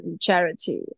charity